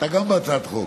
גם אתה בהצעת החוק,